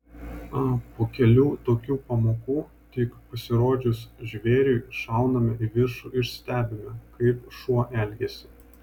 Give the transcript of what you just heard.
po kelių tokių pamokų tik pasirodžius žvėriui šauname į viršų ir stebime kaip šuo elgiasi